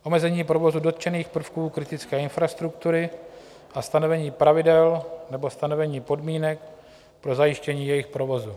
Omezení provozu dotčených prvků kritické infrastruktury a stanovení pravidel nebo stanovení podmínek pro zajištění jejich provozu.